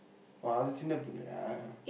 oh அது சின்ன பிள்ளையா:athu sinna pillaiyaa